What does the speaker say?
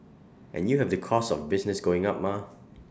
and you have the costs of business going up mah